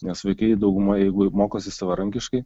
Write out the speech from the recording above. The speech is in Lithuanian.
nes vaikai dauguma jeigu mokosi savarankiškai